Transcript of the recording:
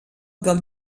del